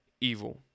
evil